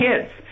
kids